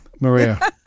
Maria